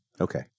Okay